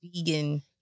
vegan